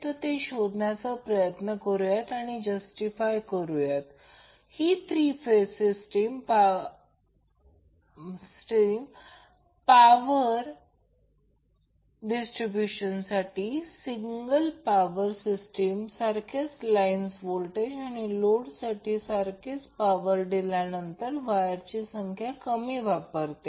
चला शोधण्याचा प्रयत्न करूया आणि जस्टिफाय करूया की थ्री फेज सिस्टीम पेक्षा पॉवर डिस्ट्रीब्यूशनसाठी सिंगल पॉवर सिस्टीम सारख्याच लाईन व्होल्टेज आणि लोडसाठी सारखेच पॉवर दिल्यानंतर कमी वायर संख्या वापरते